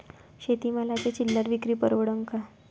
शेती मालाची चिल्लर विक्री परवडन का?